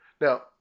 now